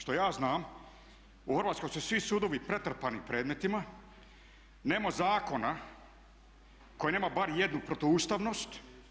Što ja znam u Hrvatskoj su svi sudovi pretrpani predmetima, nema zakona koji nema bar jednu protuustavnost.